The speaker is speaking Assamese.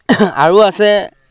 আৰু আছে